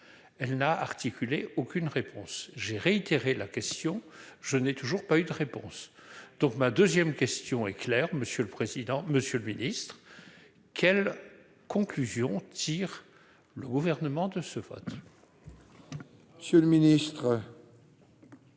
elle n'a articulé aucune réponse j'ai réitéré la question, je n'ai toujours pas eu de réponse donc ma 2ème question est clair, monsieur le président, Monsieur le Ministre quelles conclusions tire le gouvernement de ce vote. Monsieur le ministre.